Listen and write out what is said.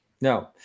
No